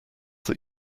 that